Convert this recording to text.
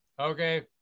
Okay